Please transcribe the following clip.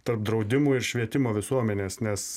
tarp draudimų ir švietimo visuomenės nes